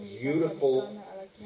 beautiful